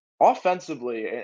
Offensively